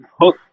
hook